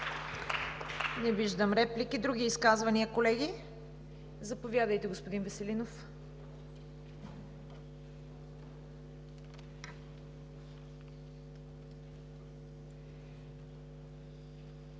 Не виждам. Други изказвания, колеги? Заповядайте, господин Веселинов.